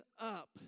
up